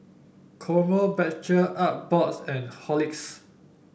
Krombacher Artbox and Horlicks